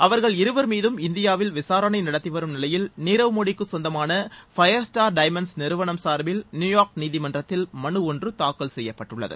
அவர்கள் இருவர் மீதும் இந்தியாவில் விசாரணை நடத்திவரும் நிலையில் நீரவ் மோடிக்கு சொந்தமான ஃபயர் ஸடார் டைமன்ட்ஸ் நிறுவனம் சார்பில் நியுயார்க் நீதிமன்றத்தில் மனு ஒன்று தாக்கல் செய்யப்பட்டுள்ளது